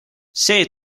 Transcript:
see